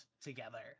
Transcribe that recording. together